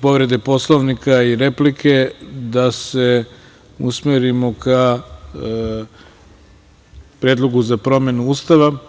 povrede Poslovnika i replike da se usmerimo ka Predlogu za promenu Ustava.